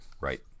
Right